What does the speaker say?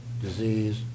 disease